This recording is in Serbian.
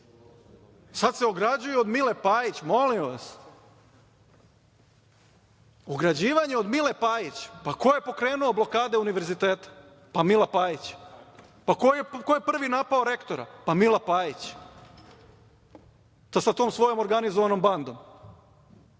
itd. Sad se ograđuju od Mile Pajić, molim vas, ograđivanje od Mile Pajić? Pa, ko je pokrenuo blokade univerziteta? Pa, Mila Pajić. Pa, ko je prvi napao rektora? Pa, Mila Pajić sa tom svojom organizovanom bandom.E,